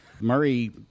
Murray